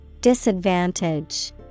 Disadvantage